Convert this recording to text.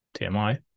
TMI